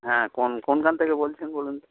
হ্যাঁ কোন কোনখান থেকে বলছেন বলুন তো